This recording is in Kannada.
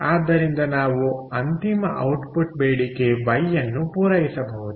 ಆದ್ದರಿಂದ ನಾವು ಅಂತಿಮ ಔಟ್ಪುಟ್ ಬೇಡಿಕೆ ವೈಅನ್ನು ಪೂರೈಸಬಹುದು